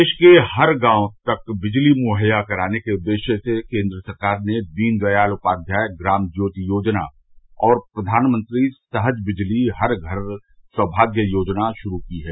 देश के हर गांव तक बिजली मुहैया कराने के उदेश्य से केन्द्र सरकार ने दीन दयाल उपाध्याय ग्राम ज्योति योजना और प्रधानमंत्री सहज बिजली हर घर सौमाग्य योजना शुरू की हैं